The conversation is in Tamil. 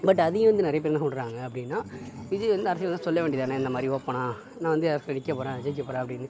பட் அதையும் வந்து நிறைய பேர் என்ன சொல்கிறாங்க அப்படின்னா விஜய் வந்து அரசியலுக்கு வந்தால் சொல்ல வேண்டியதானே இந்த மாதிரி ஓப்பனாக நான் வந்து எலக்ஷன்ல நிற்க போகிறேன் ஜெயிக்கப் போகிறேன் அப்படினு